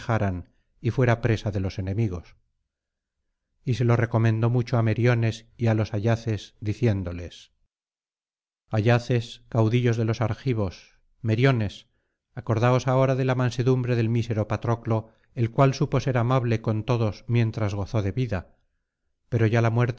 y fuera presa de los enemigos y se lo recomendó mucho á meriones y á los ayaces diciéndoles yaces caudillos de los argivos meriones acordaos ahora de la mansedumbre del mísero patroclo el cual supo ser amable con todos mientras gozó de vida pero ya la